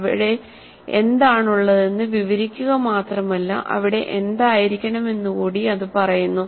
അവിടെ എന്താണുള്ളതെന്ന് വിവരിക്കുക മാത്രമല്ല അവിടെ എന്തായിരിക്കണമെന്ന് കൂടി അത് പറയുന്നു